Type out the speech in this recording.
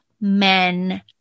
men